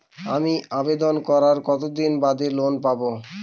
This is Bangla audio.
আমি আবেদন করার কতদিন বাদে লোন পাব?